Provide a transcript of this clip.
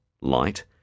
light